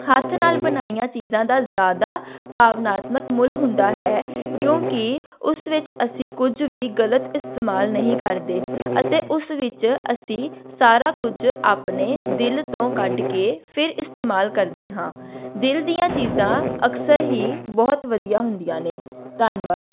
ਹੱਥ ਨਾਲ ਬਣਾਈਆਂ ਚੀਜ਼ਾਂ ਦਾ ਜ਼ਿਆਦਾ ਭਾਵਨਾਤਮਕ ਮੁੱਲ ਹੁੰਦਾ ਹੈ ਕਿਉਂਕਿ ਉਸ ਵਿੱਚ ਅਸੀਂ ਕੁਝ ਵੀ ਗਲਤ ਇਸਤੇਮਾਲ ਨਹੀਂ ਕਰਦੇ ਅਤੇ ਉਸ ਵਿੱਚ ਅਸੀਂ ਸਾਰਾ ਕੁਝ ਆਪਣੇ ਦਿਲ ਤੋਂ ਕੱਢ ਕੇ ਫਿਰ ਇਸਤੇਮਾਲ ਕਰਦੇ ਹਾਂ ਦਿਲ ਦੀਆਂ ਚੀਜ਼ਾਂ ਅਕਸਰ ਹੀ ਬਹੁਤ ਵਧੀਆ ਹੁੰਦੀਆਂ ਨੇ ਧੰਨਵਾਦ